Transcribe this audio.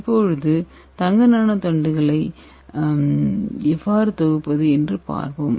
இப்போது தங்க நானோ தண்டுகளை எவ்வாறு தொகுப்பது என்று பார்ப்போம்